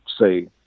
say